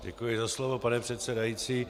Děkuji za slovo, pane předsedající.